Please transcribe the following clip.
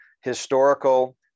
historical